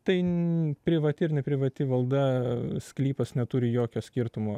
tai privati ir ne privati valda sklypas neturi jokio skirtumo